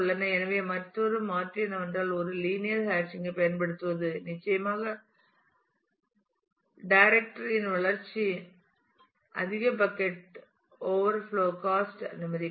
எனவே மற்றொரு மாற்று என்னவென்றால் ஒரு லீனியர் ஹேஷிங்கைப் பயன்படுத்துவது நிச்சயமாக அவரது டைரக்டரி directoryஇன் வளர்ச்சியை அதிக பக்கட் ஓவர்ஃப்லோ காஸ்ட் அனுமதிக்கிறது